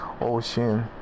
ocean